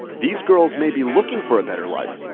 these girls may be looking for a better life,